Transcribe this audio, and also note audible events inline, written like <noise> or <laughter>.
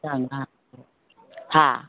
<unintelligible> ꯍꯥ